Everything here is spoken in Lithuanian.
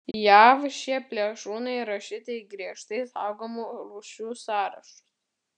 jav šie plėšrūnai įrašyti į griežtai saugomų rūšių sąrašus